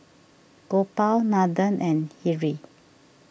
Gopal Nathan and Hri